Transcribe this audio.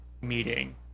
meeting